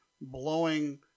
blowing